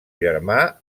germà